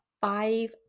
five